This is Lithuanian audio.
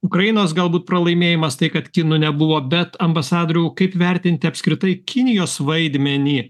ukrainos galbūt pralaimėjimas tai kad kinų nebuvo bet ambasadoriau kaip vertinti apskritai kinijos vaidmenį